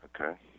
Okay